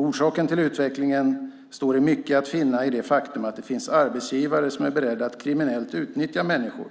Orsaken till utvecklingen står till stor del att finna i det faktum att det finns arbetsgivare som är beredda att kriminellt utnyttja människor